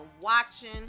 watching